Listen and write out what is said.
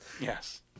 Yes